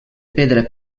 pedra